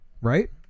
right